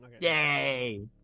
Yay